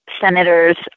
Senators